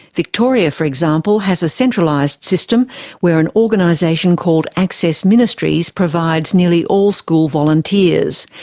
victoria, for example, has a centralised system where an organisation called access ministries provides nearly all school volunteers,